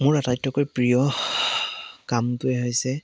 মোৰ আটাইতকৈ প্ৰিয় কামটোৱেই হৈছে